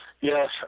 Yes